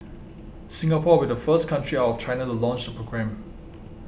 Singapore will be the first country out of China to launch the programme